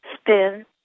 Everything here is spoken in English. spin